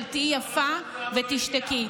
של תהיי יפה ותשתקי.